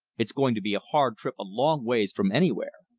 it's going to be a hard trip a long ways from anywhere.